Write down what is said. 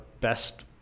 best